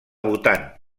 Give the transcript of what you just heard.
bhutan